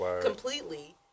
completely